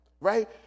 right